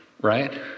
right